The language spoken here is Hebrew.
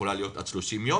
שיכולה להיות עד 30 יום,